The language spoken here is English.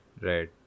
Right